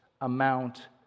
amount